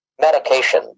Medication